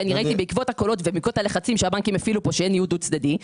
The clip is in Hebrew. בעקבות הלחצים שהבנקים הפעילו פה על ניוד חד צדדי-